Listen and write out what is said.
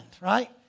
right